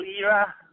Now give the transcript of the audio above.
era